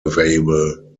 available